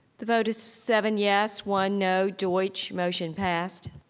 the vote is seven yes, one no, deutsch, motion passed.